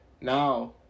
Now